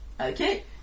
Okay